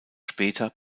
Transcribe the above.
später